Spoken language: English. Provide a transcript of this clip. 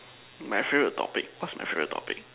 my favourite topic what's my favourite topic